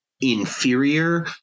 inferior